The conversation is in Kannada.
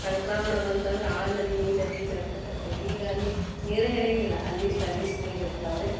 ಸಂಕ್ರಮಣ ಬಂತು ಅಂದ್ರೆ ಆ ನದಿ ಈ ನದಿ ಜಳ್ಕಕ್ಕೆ ಹೋಕೆವ್ರಿ ಈಗ ಅಲ್ಲಿ ನೀರೇ ಹರಿಯಂಗಿಲ್ಲ ಅಲ್ಲಿಷ್ಟು ಅಲ್ಲಿಷ್ಟು ನೀರು ಇರ್ತಾವ್ರಿ